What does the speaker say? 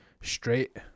straight